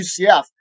UCF